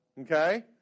Okay